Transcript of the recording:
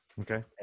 Okay